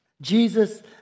Jesus